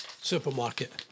supermarket